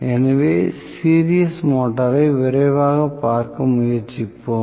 எனவே சீரிஸ் மோட்டாரை விரைவாகப் பார்க்க முயற்சிப்போம்